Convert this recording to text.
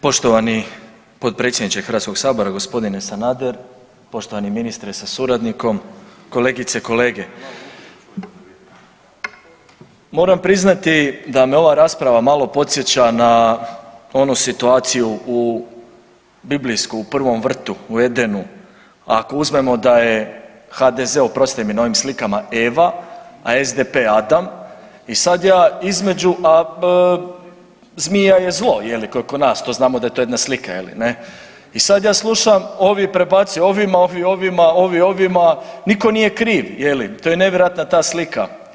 Poštovani potpredsjedniče Hrvatskog sabora gospodine Sanader, poštovani ministre sa suradnikom, kolegice, kolege, moram priznati da me ova rasprava malo podsjeća na onu situaciju u, biblijsku, u prvom vrtu u Edenu, ako uzmemo da je HDZ oprostite mi na ovim slikama Eva, a SDP Adam i sad ja između, a zmija je zlo jel ko i kod nas to znamo da je to jedna slika je li, ne, i sad ja slušam ovi prebacuju ovima, ovi ovima, ovi ovima, nitko nije kriv je li, to je nevjerojatno ta slika.